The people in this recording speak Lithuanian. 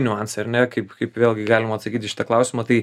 niuansai ar ne kaip kaip vėlgi galima atsakyt į šitą klausimą tai